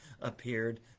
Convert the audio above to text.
appeared